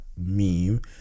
meme